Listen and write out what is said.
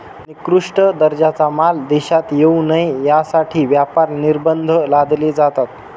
निकृष्ट दर्जाचा माल देशात येऊ नये यासाठी व्यापार निर्बंध लादले जातात